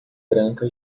branca